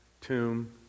tomb